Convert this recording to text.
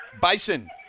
Bison